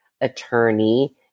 attorney